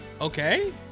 Okay